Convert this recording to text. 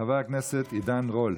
חבר הכנסת עידן רול,